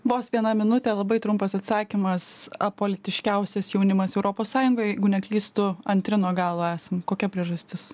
vos viena minutė labai trumpas atsakymas apolitiškiausias jaunimas europos sąjungoj jeigu neklystu antri nuo galo esam kokia priežastis